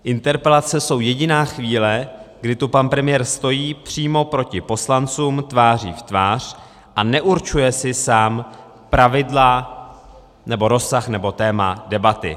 Interpelace jsou jediná chvíle, kdy tu pan premiér stojí přímo proti poslancům tváří tvář a neurčuje si sám pravidla nebo rozsah nebo téma debaty.